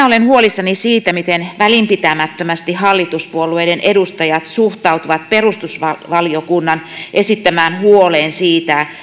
olen huolissani siitä miten välinpitämättömästi hallituspuolueiden edustajat suhtautuvat perustuslakivaliokunnan esittämään huoleen siitä